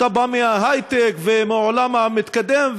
אתה בא מההייטק ומהעולם המתקדם,